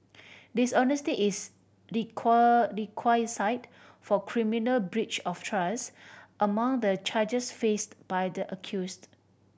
dishonesty is requisite for criminal breach of trust among the charges faced by the accused